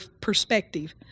perspective